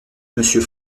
monsieur